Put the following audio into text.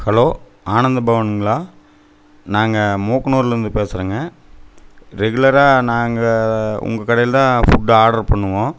hello Anand பவன்களா நாங்கள் மூக்கனூருலிருந்து பேசுறேங்க ரெகுலராக நாங்கள் உங்கள் கடையில்தான் ஃபுட்டு ஆர்டர் பண்ணுவோம்